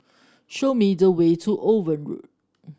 show me the way to Owen Road